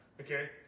Okay